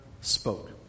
spoke